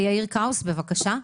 בבקשה.